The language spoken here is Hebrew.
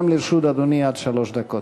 גם לרשות אדוני עד שלוש דקות.